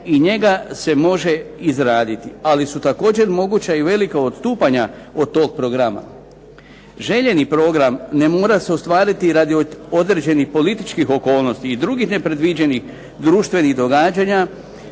i njega se može izraditi, ali su također moguća i velika odstupanja od tog programa. Željeni program ne mora se ostvariti radi određenih političkih okolnosti i drugih nepredviđenih društvenih događanja